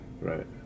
Right